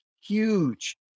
huge